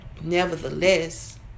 nevertheless